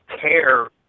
care